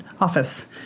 office